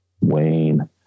Wayne